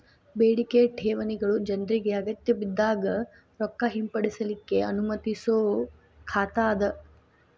ಬೇಡಿಕೆಯ ಠೇವಣಿಗಳು ಜನ್ರಿಗೆ ಅಗತ್ಯಬಿದ್ದಾಗ್ ರೊಕ್ಕ ಹಿಂಪಡಿಲಿಕ್ಕೆ ಅನುಮತಿಸೊ ಖಾತಾ ಅದ